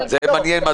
זה מעניין.